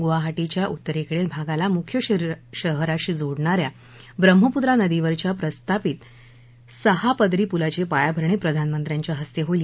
गुवाहाटीच्या उत्तरेकडील भागाला मुख्य शहराशी जोडणा या ब्रह्मपुत्रा नदीवरच्या प्रस्तावित सहापदरी पुलाची पायाभरणी प्रधानमंत्र्यांच्या हस्ते होईल